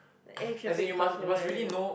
the air traffic controller everything